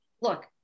look